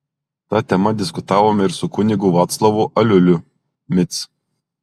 ta tema diskutavome ir su kunigu vaclovu aliuliu mic